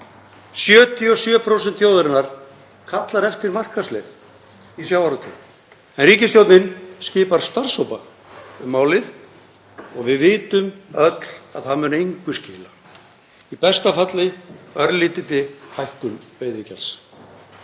77% þjóðarinnar kalla eftir markaðsleið í sjávarútvegi en ríkisstjórnin skipar starfshópa um málið og við vitum öll að það mun engu skila, í besta falli örlítilli hækkun veiðigjalds.